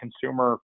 consumer